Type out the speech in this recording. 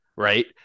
right